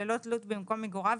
ללא תלות במקום מגוריו,